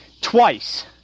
twice